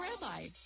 rabbi